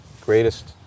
greatest